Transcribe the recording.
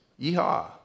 Yeehaw